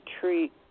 treat